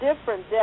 different